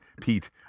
Pete